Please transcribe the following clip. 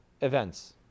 events